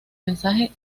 mensaje